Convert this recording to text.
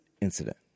incident